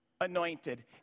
anointed